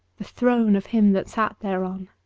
the throne of him that sat thereon.